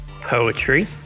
Poetry